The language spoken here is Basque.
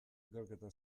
ikerketa